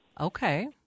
okay